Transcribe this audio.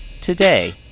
today